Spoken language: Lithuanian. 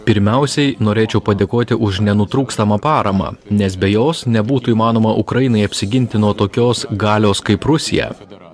pirmiausiai norėčiau padėkoti už nenutrūkstamą paramą nes be jos nebūtų įmanoma ukrainai apsiginti nuo tokios galios kaip rusija